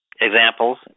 Examples